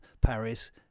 Paris